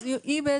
אז אני אומרת,